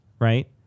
Right